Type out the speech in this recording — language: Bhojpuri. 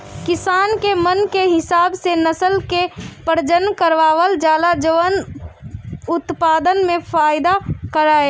किसान के मन के हिसाब से नसल के प्रजनन करवावल जाला जवन उत्पदान में फायदा करवाए